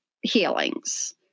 healings